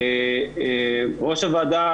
יו"ר הוועדה,